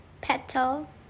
Petal